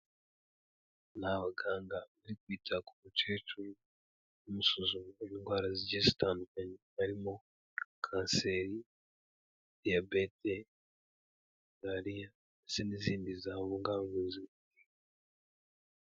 Ni abaganga bari kwita ku mukecuru bamusuzuma indwara zigiye zitandukanye harimo: Kanseri, Diyabete, Malariya ndetse n'izindi zahungabanya ubuzima.